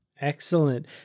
Excellent